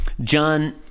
John